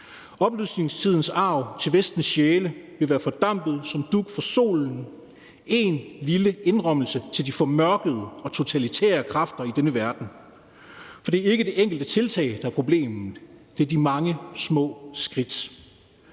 Oplysningstidens arv til Vestens sjæle vil være fordampet som dug for solen – en lille indrømmelse til de formørkede og totalitære kræfter i denne verden. For det er ikke det enkelte tiltag, der er problemet, det er de mange små skridt.